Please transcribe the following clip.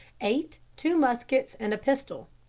eight. two muskets and a pistol.